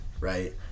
right